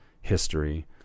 history